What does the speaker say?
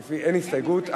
אין הסתייגות,